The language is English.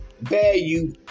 value